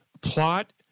plot